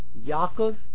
Yaakov